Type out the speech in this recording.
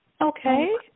Okay